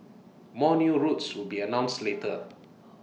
more new routes will be announced later